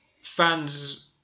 fans